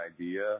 idea